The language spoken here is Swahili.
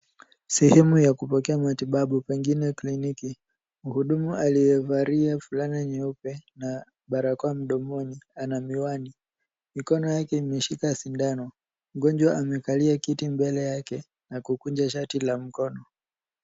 Sehemu ya kupokea matibabu pengine kliniki. Mhudumu aliyevalia fulana nyeupe na barakoa mdomoni ana miwani. Mikono yake imeshika sindano. Mgonjwa amekalia kiti mbele yake na kukunja shati la mkono.